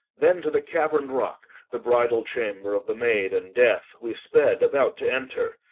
then to the caverned rock, the bridal chamber of the maid and death, we sped, about to enter.